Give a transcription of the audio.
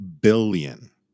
billion